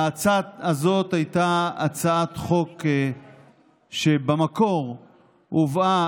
ההצעה הזאת הייתה הצעת חוק שבמקור הובאה